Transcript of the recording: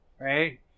right